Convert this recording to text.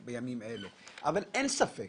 אבל אין ספק